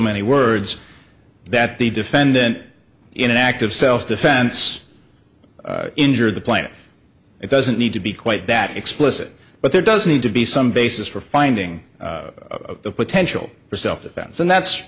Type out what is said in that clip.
many words that the defendant in an act of self defense injure the planet it doesn't need to be quite that explicit but there does need to be some basis for finding a potential for self defense and that's